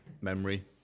memory